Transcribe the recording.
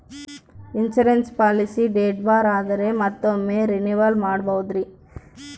Insurance policy date ಬಾರ್ ಆದರೆ ಮತ್ತೊಮ್ಮೆ ರಿನಿವಲ್ ಮಾಡಬಹುದ್ರಿ?